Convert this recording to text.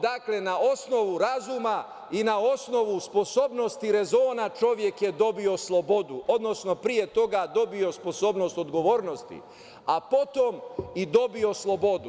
Dakle, na osnovu razuma i na osnovu sposobnosti rezona čovek je dobio slobodu, odnosno pre toga je dobio sposobnost odgovornosti, a potom i dobio slobodu.